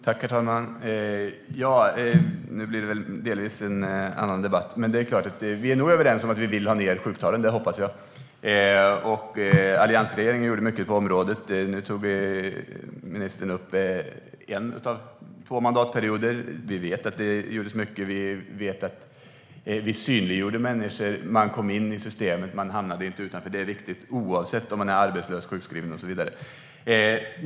Herr talman! Nu blev det väl delvis en annan debatt. Men vi är nog överens om att vi vill ha ned sjuktalen - det hoppas jag. Alliansregeringen gjorde mycket på området. Nu tog ministern upp en av två mandatperioder. Vi vet att det gjordes mycket. Vi vet att vi synliggjorde människor. De kom in i systemet. De hamnade inte utanför. Det är viktigt oavsett om man är arbetslös eller sjukskriven och så vidare.